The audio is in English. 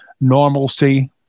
normalcy